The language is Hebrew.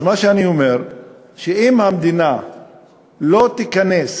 אז מה שאני אומר הוא שאם המדינה לא תיכנס